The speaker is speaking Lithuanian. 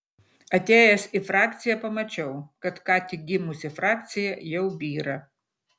atėjęs į frakciją pamačiau kad ką tik gimusi frakcija jau byra